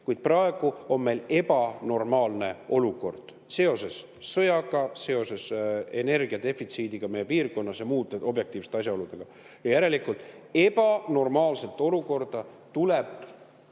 kuid praegu on meil ebanormaalne olukord seoses sõjaga, seoses energiadefitsiidiga meie piirkonnas ja muude objektiivsete asjaoludega. Järelikult seda ebanormaalset olukorda tuleb